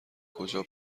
کجا